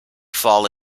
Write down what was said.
fall